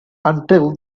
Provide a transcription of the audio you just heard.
until